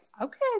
okay